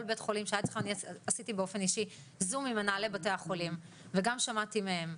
אני עשיתי באופן אישי זום עם מנהלי בתי החולים וגם שמעתי מהם.